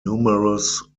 numerous